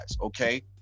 okay